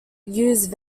used